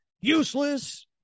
useless